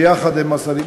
יחד עם השרים,